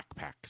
backpacks